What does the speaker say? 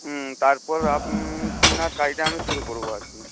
হুম তারপর আপনার কাজটা আমি শুরু করব আর কি